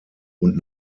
und